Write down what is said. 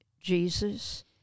Jesus